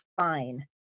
fine